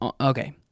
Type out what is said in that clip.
okay